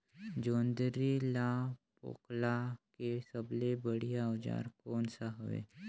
जोंदरी ला फोकला के सबले बढ़िया औजार कोन सा हवे?